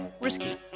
Risky